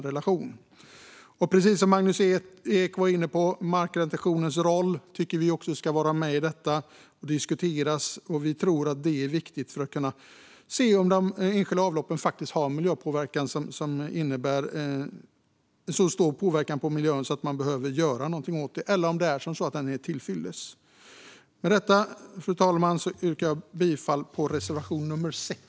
Vi tycker, precis som Magnus Ek var inne på, att markretentionens roll ska vara med och diskuteras. Vi tror att det är viktigt för att kunna se om enskilda avlopp faktiskt har så stor miljöpåverkan att man behöver göra någonting åt det eller om det är till fyllest. Fru talman! Jag yrkar bifall till reservation nummer 6.